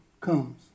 comes